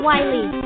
Wiley